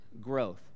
growth